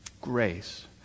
Grace